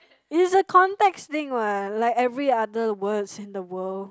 is a context thing what like every other words in the world